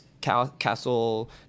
castle